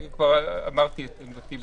אני כבר אמרתי את עמדתנו,